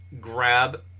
grab